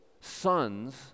sons